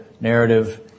narrative